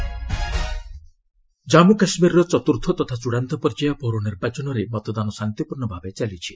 JK polls ଜନ୍ମୁ କାଶ୍ମୀରର ଚତୁର୍ଥ ତଥା ଚୂଡ଼ାନ୍ତ ପର୍ଯ୍ୟାୟ ପୌର ନିର୍ବାଚନରେ ମତଦାନ ଶାନ୍ତିପୂର୍ଷ୍ଣ ଭାବେ ଚାଲିଛି